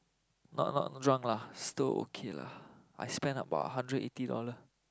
not not drunk lah still okay lah I spend about hundred eighty dollar